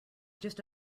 just